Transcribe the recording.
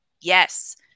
yes